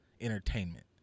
entertainment